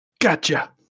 gotcha